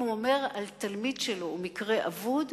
אם הוא אומר על תלמיד שלו "הוא מקרה אבוד",